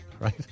right